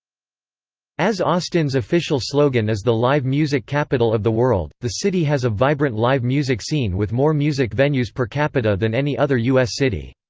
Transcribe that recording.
as austin's official slogan is the live music capital of the world, the city has a vibrant live music scene with more music venues per capita than any other u s. city.